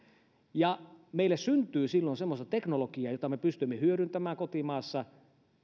meille syntyy silloin semmoista teknologiaa jota me pystymme hyödyntämään kotimaassa